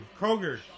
Kroger